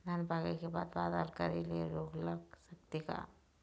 धान पाके के बाद बादल करे ले रोग लग सकथे का?